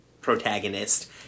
protagonist